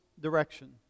direction